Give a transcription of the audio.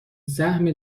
سهم